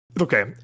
Okay